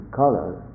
colors